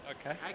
Okay